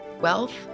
Wealth